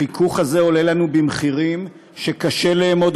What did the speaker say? החיכוך הזה עולה לנו במחירים שקשה לאמוד.